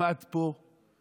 עמד פה וזלזל